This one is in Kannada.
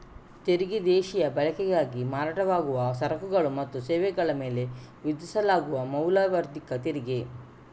ತೆರಿಗೆ ದೇಶೀಯ ಬಳಕೆಗಾಗಿ ಮಾರಾಟವಾಗುವ ಸರಕುಗಳು ಮತ್ತು ಸೇವೆಗಳ ಮೇಲೆ ವಿಧಿಸಲಾಗುವ ಮೌಲ್ಯವರ್ಧಿತ ತೆರಿಗೆ